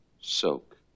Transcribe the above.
soak